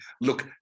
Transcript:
look